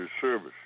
service